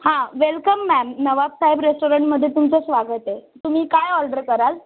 हां welcome ma'am Nawab Saheb रेस्टॉरंटमध्ये तुमचं स्वागत आहे तुम्ही काय ऑर्डर कराल